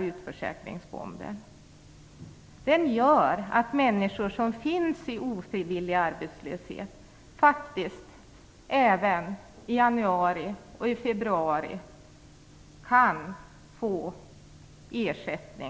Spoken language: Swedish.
utförsäkringsbomben. Den gör att människor som befinner sig i ofrivillig arbetslöshet faktiskt kan få ersättning även i januari och februari.